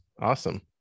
awesome